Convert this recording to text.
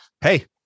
Hey